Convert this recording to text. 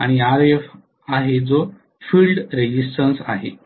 आणि Rf आहे जो फील्ड रेझिस्टनन्स आहे